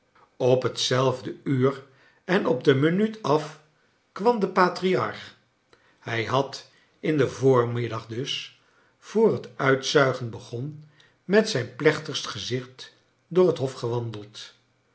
op hetzelfde uur en op de minuut af kwam de patriarch hij had in den voormiddag dus voor het uitzuigen begon met zijn plechtigst gezicht door het hof gewandeld